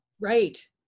Right